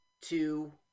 two